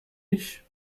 ich